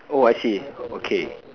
oh I see okay